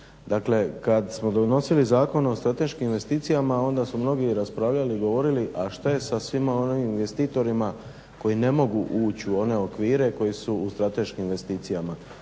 Dakle, kada smo donosili Zakon o strateškim investicijama onda su mnogi raspravljali i govorili a šta je sa svima onim investitorima koji ne mogu ući u one okvire koji su u strateškim investicijama